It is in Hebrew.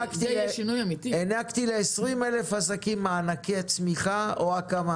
הענקתי ל-20,000 עסקים מענקי צמיחה או הקמה